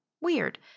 Weird